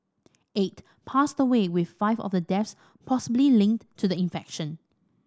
eight passed away with five of the deaths possibly linked to the infection